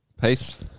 Peace